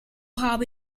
habe